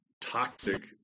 toxic